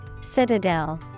Citadel